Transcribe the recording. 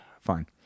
fine